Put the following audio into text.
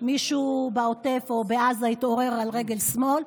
מישהו בעוטף או בעזה התעורר על רגל שמאל,